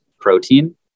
protein